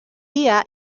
dia